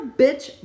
bitch